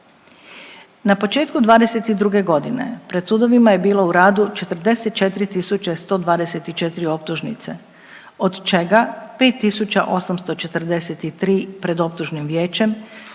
Na početku '22. godine pred sudovima je bilo u radu 44.124 optužnice od čega 5.843 pred optužnim vijećem